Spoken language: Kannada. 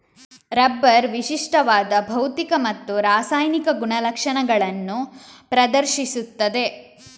ರಬ್ಬರ್ ವಿಶಿಷ್ಟವಾದ ಭೌತಿಕ ಮತ್ತು ರಾಸಾಯನಿಕ ಗುಣಲಕ್ಷಣಗಳನ್ನು ಪ್ರದರ್ಶಿಸುತ್ತದೆ